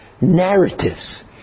narratives